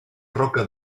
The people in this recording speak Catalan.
roca